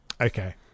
Okay